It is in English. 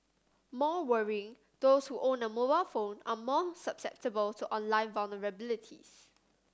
more worrying those who own a mobile phone are more susceptible to online vulnerabilities